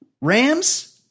Rams